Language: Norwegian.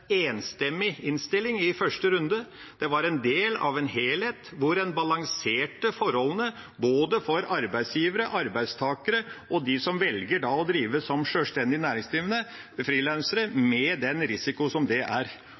enstemmig innstilling i første runde. Det var en del av en helhet hvor en balanserte forholdene for både arbeidsgivere, arbeidstakere og de som velger å drive som sjølstendig næringsdrivende og frilansere, med den risiko som det er.